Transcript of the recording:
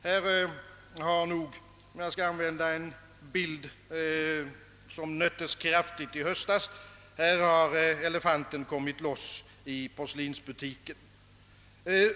Här har nog — om jag skall använda en bild som mnöttes kraftigt i höstas — elefanten kommit loss i porslinsbutiken.